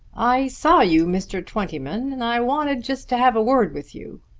i saw you, mr. twentyman, and i wanted just to have a word with you.